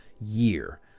year